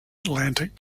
atlantic